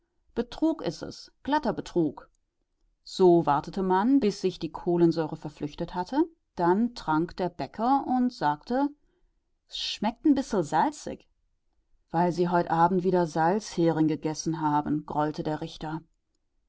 is es glatter betrug so wartete man bis sich die kohlensäure verflüchtet hatte dann trank der bäcker und sagte s schmeckt n bissel salzig weil sie heut abend wieder salzhering gegessen haben grollte der richter